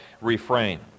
refrain